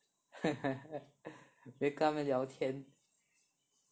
没有跟他们聊天